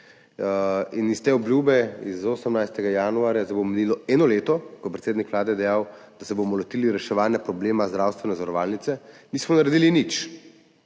In iz te obljube iz 18. januarja, sedaj bo minilo eno leto, ko je predsednik Vlade dejal, da se bomo lotili reševanja problema zdravstvene zavarovalnice, nismo naredili nič.